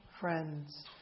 friends